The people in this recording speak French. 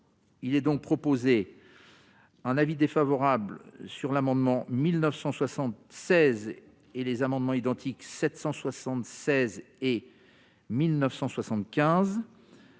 il est donc proposé un avis défavorable sur l'amendement 1976 et les amendements identiques 776 et 1975